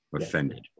Offended